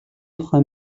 тухай